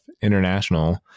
International